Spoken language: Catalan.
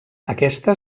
aquesta